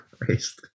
Christ